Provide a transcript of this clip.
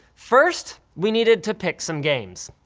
first, we needed to pick some games.